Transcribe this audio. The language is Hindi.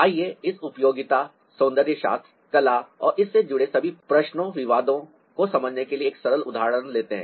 आइए इस उपयोगिता सौंदर्यशास्त्र कला और इससे जुड़े सभी प्रश्नों प्रश्नों विवादों को समझने के लिए एक सरल उदाहरण लेते हैं